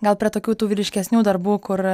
gal prie tokių tų vyriškesnių darbų kur